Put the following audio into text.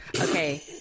okay